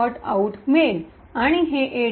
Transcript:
out मिळेल आणि हे a